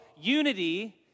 Unity